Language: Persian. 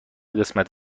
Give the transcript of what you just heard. قسمت